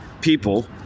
people